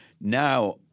Now